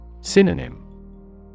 Synonym